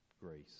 grace